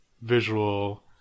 Visual